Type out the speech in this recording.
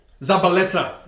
Zabaleta